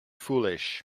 foolish